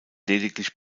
lediglich